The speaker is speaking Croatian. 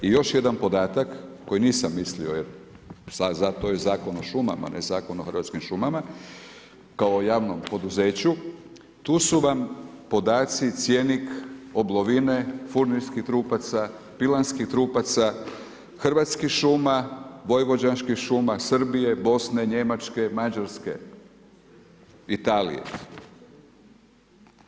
I još jedan podataka koji nisam mislio jer to je Zakon o šumama, a ne Zakon o Hrvatskim šumama, kao javnom poduzeću, tu su vam podaci, cjenik oblovine, furnirskih trupaca, pilanski trupaca hrvatskih šuma, vojvođanskih šuma, Srbije, Bosne, Njemačke, Mađarske, Italije.